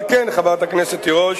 על כן, חברת הכנסת תירוש,